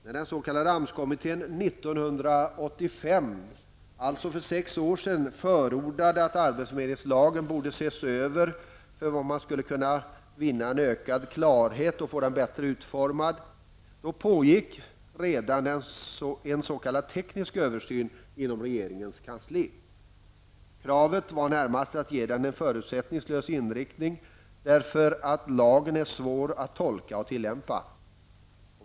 När den s.k. AMS kommittén 1985, alltså för sex år sedan, förordade att arbetsförmedlingslagen borde ses över för att man skulle kunna vinna ökad klarhet och få den bättre utformad, pågick redan en s.k. teknisk översyn inom regeringens kansli. Kravet var närmast att ge den en förutsättningslös inriktning därför att lagen är svår att tolka och tillämpa.